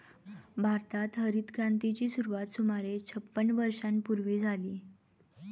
भारतात हरितक्रांतीची सुरुवात सुमारे छपन्न वर्षांपूर्वी झाली